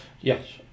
Yes